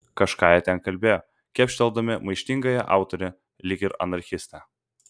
kažką jie ten kalbėjo kepšteldami maištingąją autorę lyg ir anarchistę